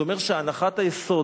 זה אומר שהנחת היסוד,